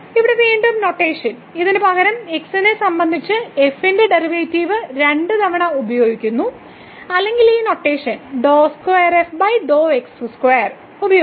ഇവിടെ വീണ്ടും നൊട്ടേഷൻ ഇതിനുപകരം x നെ സംബന്ധിച്ച് f ന്റെ ഡെറിവേറ്റീവ് രണ്ട് തവണയും ഉപയോഗിക്കുന്നു അല്ലെങ്കിൽ ഈ നൊട്ടേഷനും ഉപയോഗിക്കുന്നു